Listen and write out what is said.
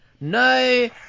No